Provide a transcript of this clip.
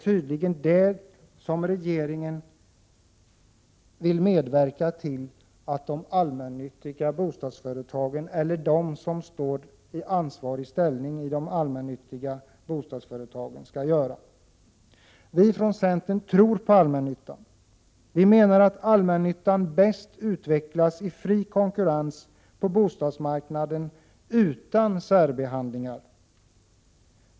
Regeringen vill tydligen medverka till att de som står i ansvarig ställning i de allmännyttiga bostadsföretagen skulle göra det. Vi från centern tror på allmännyttan. Vi menar att allmännyttan bäst utvecklas i fri konkurrens på bostadsmarknaden, utan särbehandlingar.